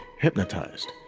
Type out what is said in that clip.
hypnotized